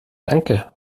danke